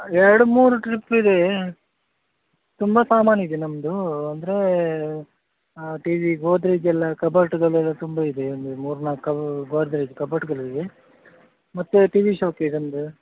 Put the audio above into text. ಎರಡು ಮೂರು ಟ್ರಿಪ್ ಇದೇ ತುಂಬ ಸಾಮಾನು ಇದೆ ನಮ್ಮದೂ ಅಂದರೆ ಟಿವಿ ಗೋದ್ರೆಜ್ ಎಲ್ಲ ಕಬೋರ್ಡ್ಗಳೆಲ್ಲ ತುಂಬ ಇದೆ ಅಂದರೆ ಮೂರು ನಾಲ್ಕು ಕಬ್ ಗೋದ್ರೆಜ್ ಕಬೋರ್ಡ್ಗಳಿವೆ ಮತ್ತು ಟಿವಿ ಶೋ ಕೇಸ್ ಒಂದು